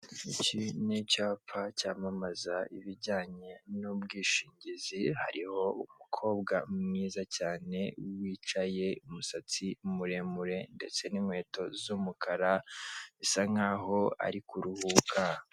Iki ni icyapa cyamamaza ibijyanye n'ubwishingizi, hariho umukobwa mwiza cyane, wicaye, umusatsi muremure ndetse n'inkweto z'umukara, bisa nkaho ari kuruhuka.